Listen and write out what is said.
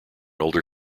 older